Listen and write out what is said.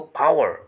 power